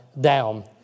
down